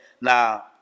now